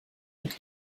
mit